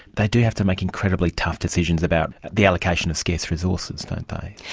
they do have to make incredibly tough decisions about the allocation of scarce resources, don't they.